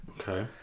Okay